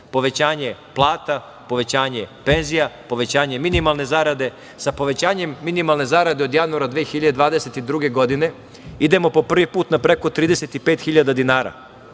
povećanje plata, povećanje penzija, povećanje minimalne zarade. Sa povećanjem minimalne zarade od januara 2022. godine idemo po prvi put na preko 35.000 dinara.